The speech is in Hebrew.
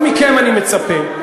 אבל מכם אני מצפה.